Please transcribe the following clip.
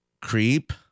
Creep